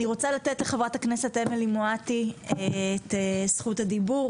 אני רוצה לתת לחברת הכנסת אמילי מואטי את רשות הדיבור,